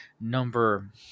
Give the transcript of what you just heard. number